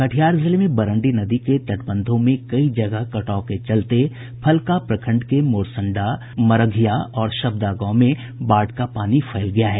कटिहार जिले में बरंडी नदी के तटबंधों में कई जगह कटाव के चलते फलका प्रखंड के मोरसंडा मरघिया और शब्दा गांव में बाढ़ का पानी फैल गया है